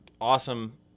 awesome